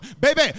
Baby